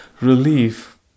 relief